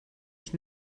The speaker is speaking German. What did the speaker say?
ich